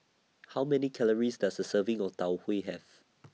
How Many Calories Does A Serving of Tau Huay Have